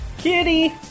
Kitty